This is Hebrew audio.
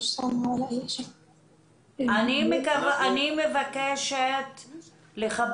אני מבינה שאתם בכלל לא מתעסקים עם הנושא הזה,